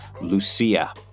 Lucia